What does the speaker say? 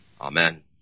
Amen